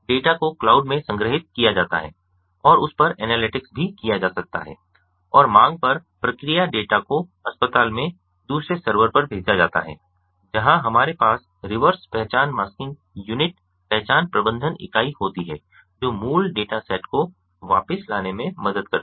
data को cloud में संग्रहीत किया जाता है और उस पर एनालिटिक्स भी किया जा सकता है और मांग पर प्रक्रिया डेटा को अस्पताल में दूसरे सर्वर पर भेजा जाता है जहां हमारे पास रिवर्स पहचान मास्किंग यूनिट पहचान प्रबंधन इकाई होती है जो मूल डेटा सेट को वापस लाने में मदद करती है